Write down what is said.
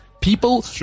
People